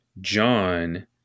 John